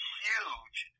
huge